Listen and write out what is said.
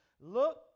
Look